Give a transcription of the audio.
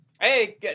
Hey